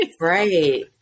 Right